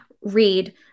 read